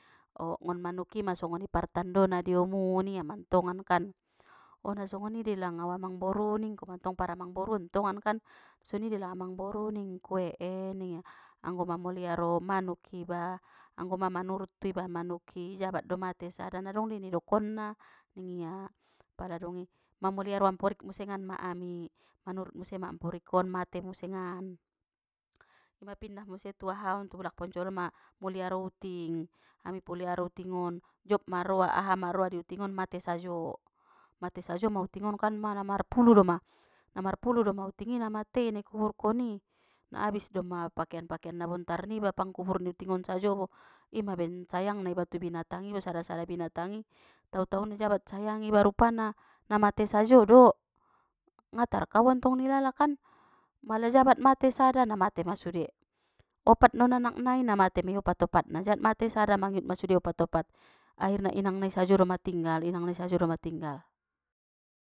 O nggon manuki ma songoni partandona di omu ningia mantongan kan, ona songoni de langa amang boru ningku mantong paramang boruon tongankan, songoni dei langa amang boru ningku ek ek ningia, anggo mamaliaro manuk iba, anggo mang manurut tuiba manuki jabat do mate sada nadong dei ni dokonna, ningia. Pala dungi, mamiliaro amporik musengan ma ami, manurut muse ma amporikon mate musengan, ima pindah muse tu ahaon tu bulak poncor on ma muliaro uting, ami puliaro utingon job maroa ahama roa di utingon mate sajo, mate sajoma kan utingon kan mana mar pulu! Doma, na marpulu doma utingi na matei ningku naikuburkon i, na abis doma pakean pakean nabontar niba pangkubur ni uting on sajo bo, ima baen sayangna iba tu binatang i sara sara binatangi, tau tau na jabat sayangiba rupana, na mate sajo do, ngatar kaoa tong ilala kan, mala jabat mate sada na matema sude, opat non anak nai namate mei opat opatna jat mate sad mangiutma sude opat opat, akhirna inang nai sajo doma tinggal inang nai sajo doma tinggal.